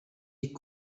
est